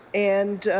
and